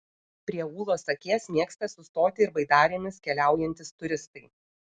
prie ūlos akies mėgsta sustoti ir baidarėmis keliaujantys turistai